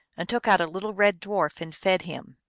and took out a little red dwarf and fed him.